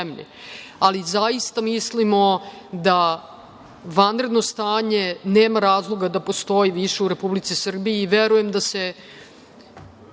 spremni. Zaista mislimo da vanredno stanje nema razloga da postoji više u Republici Srbiji i verujem da se